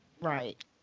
Right